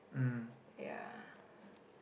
mm